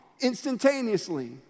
instantaneously